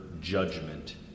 judgment